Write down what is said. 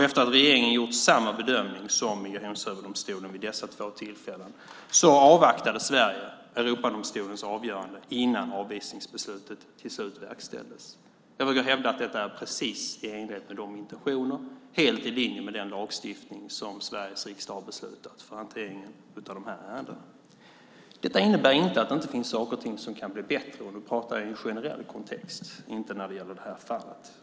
Efter att regeringen gjort samma bedömning som Migrationsöverdomstolen vid dessa två tillfällen avvaktade Sverige Europadomstolens avgörande innan avvisningsbeslutet till slut verkställdes. Jag vågar hävda att detta är precis i enlighet med de intentioner, helt i linje med den lagstiftning som Sveriges riksdag har beslutat om för hanteringen av dessa ärenden. Detta innebär inte att det inte finns saker och ting som kan bli bättre. Då talar jag i generell kontext och inte när det gäller detta fall.